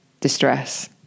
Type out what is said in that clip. distress